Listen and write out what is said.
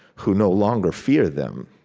who no longer fear them.